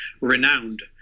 renowned